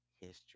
History